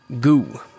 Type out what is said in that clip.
goo